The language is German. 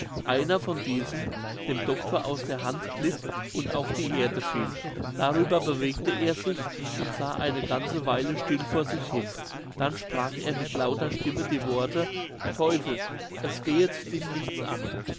einer von diesen dem doctor aus der hand glitt und auf die erde fiel darüber bewegte er sich und sah eine ganze weile still vor sich hin dann sprach er mit lauter stimme die worte teufel es gehet dich nichts an